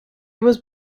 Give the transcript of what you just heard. was